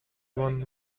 won